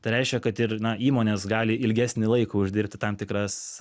tai reiškia kad ir na įmonės gali ilgesnį laiką uždirbti tam tikras